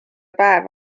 päev